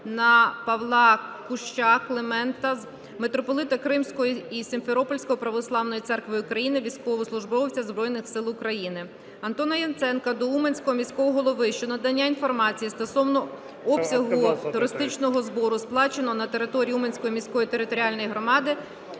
на Павла Куща (Климента), митрополита Кримського та Сімферопольського Православної Церкви України, військовослужбовця Збройних Сил України. Антона Яценка до Уманського міського голови щодо надання інформації стосовно обсягу туристичного збору, сплаченого на території Уманської міської територіальної громади